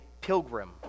pilgrim